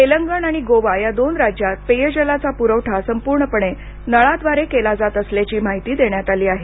तेलंगण आणि गोवा या दोन राज्यात पेयजलाचा प्रवठा संपूर्णपणे नळाद्वारे केला जात असल्याची माहिती देण्यात आली आहे